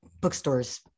bookstores